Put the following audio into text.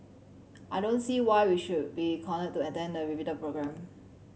I don't see why we should be cornered to attend the repeated programme